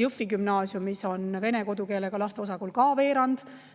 Jõhvi Gümnaasiumis on vene kodukeelega laste osakaal ka veerand.